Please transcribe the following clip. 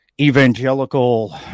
evangelical